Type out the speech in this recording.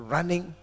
Running